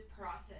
process